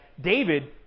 David